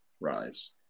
rise